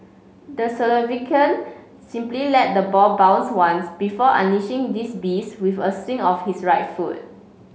the Slovakian simply let the ball bounced once before unleashing this beast with a swing of his right foot